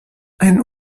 ein